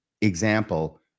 example